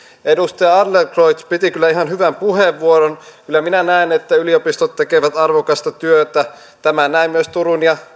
edustaja adlercreutz piti kyllä ihan hyvän puheenvuoron kyllä minä näen että yliopistot tekevät arvokasta työtä tämä näin myös turun ja